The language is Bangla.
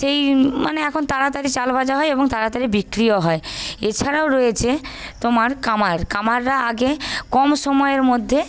সেই মানে এখন তাড়াতাড়ি চাল ভাজা হয় এবং তাড়াতাড়ি বিক্রিও হয় এছাড়াও রয়েছে তোমার কামার কামাররা আগে কম সময়ের মধ্যে